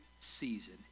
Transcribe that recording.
season